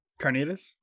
Carnitas